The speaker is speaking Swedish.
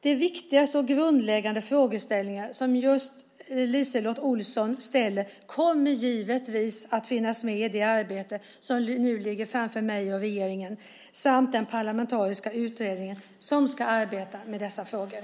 De viktiga och grundläggande frågor som LiseLotte Olsson ställer kommer givetvis att finnas med i det arbete som nu ligger framför mig och regeringen samt den parlamentariska utredning som ska arbeta med dessa frågor.